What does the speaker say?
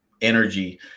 energy